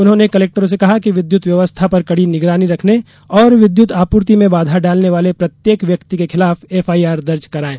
उन्होंने कलेक्टरों से कहा कि विद्युत व्यवस्था पर कड़ी निगरानी रखने और विद्युत आपूर्ति में बाधा डालने वाले प्रत्येक व्यक्ति के खिलाफ एफआईआर दर्ज करवायें